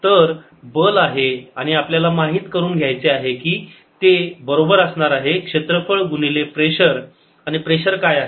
तर बल आहे आणि आपल्याला माहित करून घ्यायचे आहे की ते बरोबर असणार आहे क्षेत्रफळ गुणिले प्रेशर आणि प्रेशर काय आहे